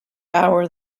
hour